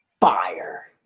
fire